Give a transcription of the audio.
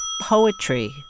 poetry